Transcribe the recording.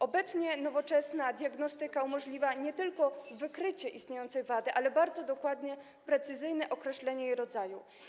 Obecnie nowoczesna diagnostyka umożliwia nie tylko wykrycie istniejącej wady, ale bardzo dokładne, precyzyjne określenie jej rodzaju.